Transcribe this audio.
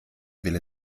wille